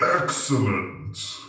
Excellent